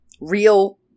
real